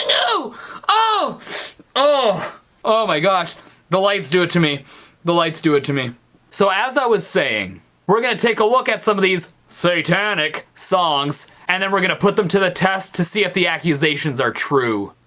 oh oh oh my gosh the lights do it. to me the lights do it to me so as i was saying we're gonna take a look at some of these satanic songs and then we're gonna put them to the test to see if the accusations are true.